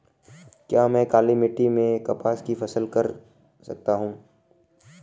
क्या मैं काली मिट्टी में कपास की फसल कर सकता हूँ?